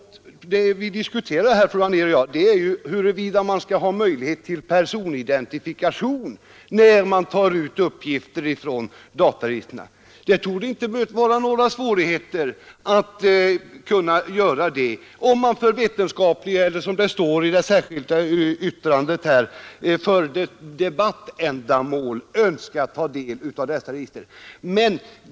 Det vi diskuterar här, fru Anér och jag, är huruvida man skall få möjlighet till information utan personidentifikation när man tar ut uppgifter ifrån dataregistren. Det torde inte vara svårt att få detta om man för vetenskapliga ändamål eller, som det står i det särskilda yttrandet, för debattändamål önskar ta del av dessa register.